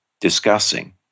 discussing